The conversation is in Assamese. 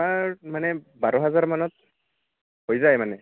আমাৰ মানে বাৰ হাজাৰ মানত হৈ যায় মানে